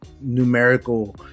numerical